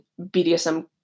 BDSM